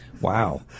wow